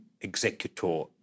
executor